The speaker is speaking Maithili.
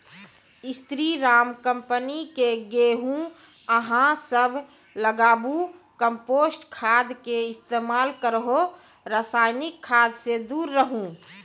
स्री राम कम्पनी के गेहूँ अहाँ सब लगाबु कम्पोस्ट खाद के इस्तेमाल करहो रासायनिक खाद से दूर रहूँ?